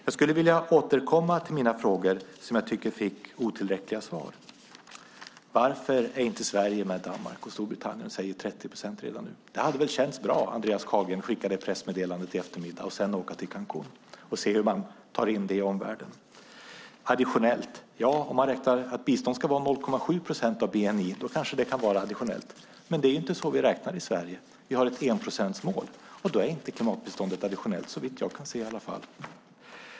Jag vill återkomma till mina frågor, som jag tycker fick otillräckliga svar. Varför är inte Sverige med Danmark och Storbritannien och säger 30 procent redan nu? Det hade väl känts bra, Andreas Carlgren, att skicka det pressmeddelandet i eftermiddag och sedan åka till Cancún och se hur man tar in det i omvärlden. Om man räknar att bistånd ska vara 0,7 procent av bni är det kanske additionellt. Men det är inte så vi räknar i Sverige. Vi har ett enprocentsmål, och då är inte klimatbiståndet additionellt - såvitt jag kan se i alla fall.